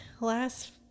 last